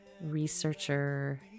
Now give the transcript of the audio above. researcher